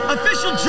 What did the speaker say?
Official